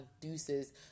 deuces